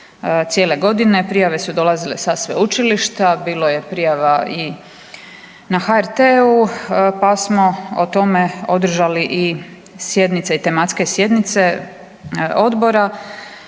cijele godine. Prijave su dolazile sa sveučilišta, bilo je prijava i na HRT-u pa smo o tome održali i sjednice i tematske sjednice odbora.